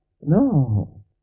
No